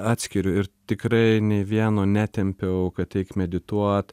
atskiriu ir tikrai nei vieno netempiau kad eik medituot